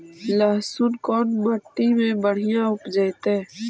लहसुन कोन मट्टी मे बढ़िया उपजतै?